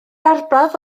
arbrawf